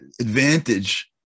advantage